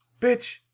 bitch